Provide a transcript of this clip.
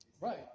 Right